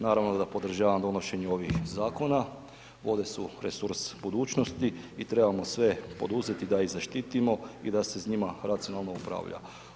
Naravno da podržavam donošenje ovih zakona, vode su resurs budućnosti i trebamo sve poduzeti da ih zaštitimo i da se s njima racionalno upravlja.